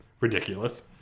ridiculous